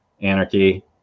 anarchy